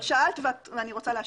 שאלת ואני רוצה להשיב.